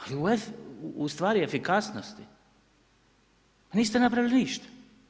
Ali u stvari efikasnosti niste napravili ništa.